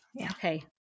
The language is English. Okay